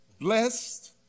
blessed